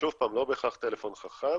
שוב פעם, לא בהכרח טלפון חכם.